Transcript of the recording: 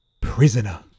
Prisoner